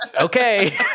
okay